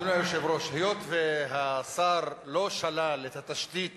אדוני היושב-ראש, היות שהשר לא שלל את התשתית